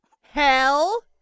Hell